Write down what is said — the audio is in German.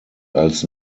als